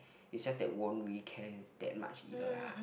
is just that won't really care that much either lah